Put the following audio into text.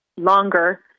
longer